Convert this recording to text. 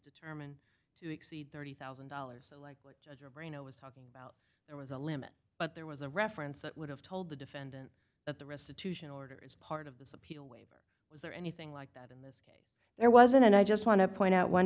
determined to exceed thirty thousand dollars like your brain it was talking about there was a limit but there was a reference that would have told the defendant at the restitution orders part of this appeal waiver was there anything like that in this case there wasn't and i just want to point out one